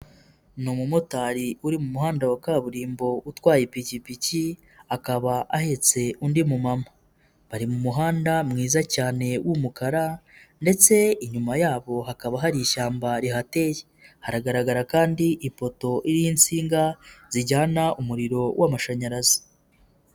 Ni umumotari uri mu muhanda wa kaburimbo utwaye ipikipiki, akaba ahetse undi mumama, ari mu muhanda mwiza cyane w'umukara ndetse inyuma yabo hakaba hari ishyamba rihateye, haragaragara kandi ipoto iriho insinga zijyana umuriro w'amashanyarazi.